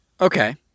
Okay